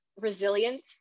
resilience